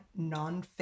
nonfiction